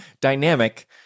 dynamic